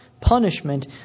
punishment